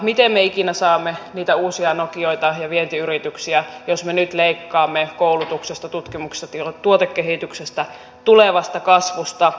miten me ikinä saamme niitä uusia nokioita ja vientiyrityksiä jos me nyt leikkaamme koulutuksesta tutkimuksesta ja tuotekehityksestä tulevasta kasvusta